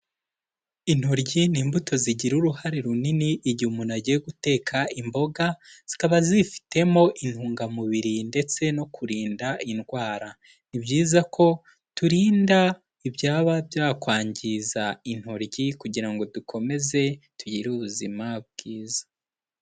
Intoryi ni imbuto zigira uruhare runini igihe umuntu agiye guteka imboga, zikaba zifitemo intungamubiri ndetse no kurinda indwara, ni byiza ko turinda ibyaba byakwangiza intoryi kugira ngo dukomeze tugire ubuzima bwiza.